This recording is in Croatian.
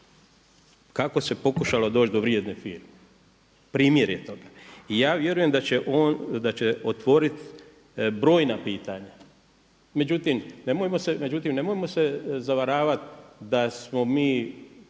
kako se pokušalo doći do vrijedne firme. Primjer je toga. I ja vjerujem da će otvoriti brojna pitanja. Međutim, nemojmo se zavaravati da smo mi